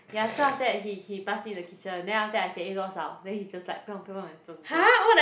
ya so after that he he pass me the kitchen then after that I say eh 多少 then he just like 不用不用走走走